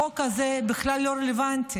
החוק הזה בכלל לא רלוונטי.